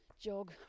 jog